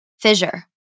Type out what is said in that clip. fissure